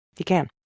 he can